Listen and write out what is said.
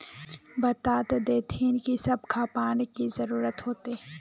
बता देतहिन की सब खापान की जरूरत होते?